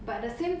ya